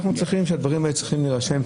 לכן הדברים האלה צריכים להירשם.